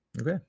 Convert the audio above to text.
Okay